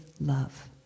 love